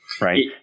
right